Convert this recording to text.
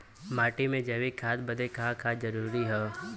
माटी में जैविक खाद बदे का का जरूरी ह?